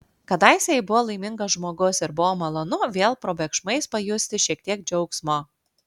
kadaise ji buvo laimingas žmogus ir buvo malonu vėl probėgšmais pajusti šiek tiek džiaugsmo